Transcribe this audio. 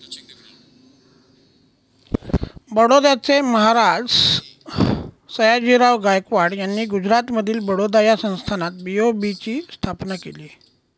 बडोद्याचे महाराज सयाजीराव गायकवाड यांनी गुजरातमधील बडोदा या संस्थानात बी.ओ.बी ची स्थापना केली